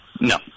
No